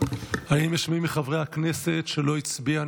האם יש מי מחברי הכנסת שלא הצביע,